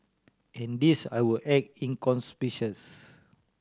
and these I will act inconspicuous